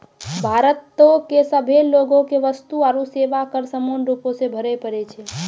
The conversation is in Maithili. भारतो के सभे लोगो के वस्तु आरु सेवा कर समान रूपो से भरे पड़ै छै